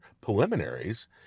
preliminaries